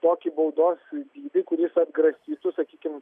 tokį baudos dydį kuris atgrasytų sakykim